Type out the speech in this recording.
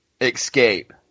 escape